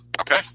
okay